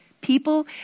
People